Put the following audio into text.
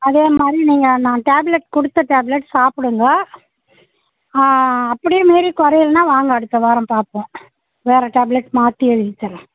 அதே மாதிரி நீங்கள் நான் டேப்லெட் கொடுத்த டேப்லெட்ஸ் சாப்பிடுங்க அப்படியும் மீறி குறையிலனா வாங்க அடுத்த வாரம் பார்ப்போம் வேறு டேப்லெட் மாற்றி எழுதி தரேன்